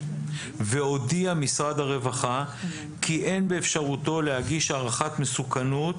והודיע משרד הרווחה כי אין באפשרותו להגיש הערכת מסוכנות